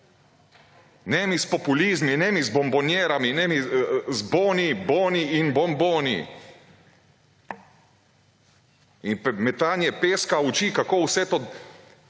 Ne mi s populizmi ne mi z bombonjerami ne mi z boni, boni in bomboni. Metanje peska v oči kako vse to